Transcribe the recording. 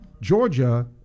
Georgia